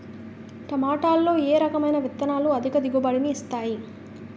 టమాటాలో ఏ రకమైన విత్తనాలు అధిక దిగుబడిని ఇస్తాయి